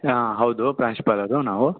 ಹಾಂ ಹೌದು ಪ್ರಾಂಶುಪಾಲರು ನಾವು